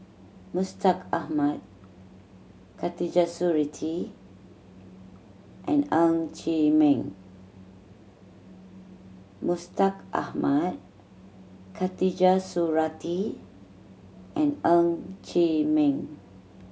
Mustaq Ahmad Khatijah Surattee and Ng Chee Meng Mustaq Ahmad Khatijah Surattee and Ng Chee Meng